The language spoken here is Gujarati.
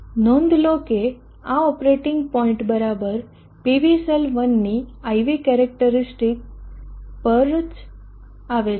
નોંધ લો કે આ ઓપરેટિંગ પોઇન્ટ બરાબર PVસેલ 1 ની IV કેરેક્ટરીસ્ટિકસ પર જ પર આવે છે